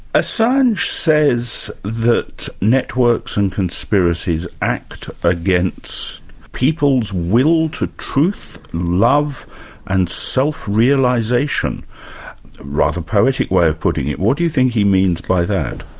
assange says that networks and conspiracies act against people's will to truth, love and self-realisation? a rather poetic way of putting it. what do you think he means by that?